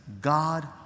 God